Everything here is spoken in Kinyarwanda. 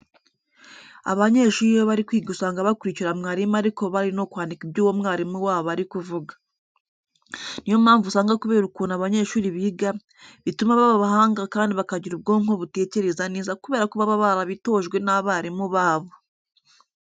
Abanyeshuri iyo bari kwiga usanga bakurikira mwarimu ariko bari no kwandika ibyo uwo mwarimu wabo ari kuvuga. Ni yo mpamvu usanga kubera ukuntu abanyeshuri biga, bituma baba abahanga kandi bakagira ubwonko butekereza neza kubera ko baba barabitojwe n'abarimu babo.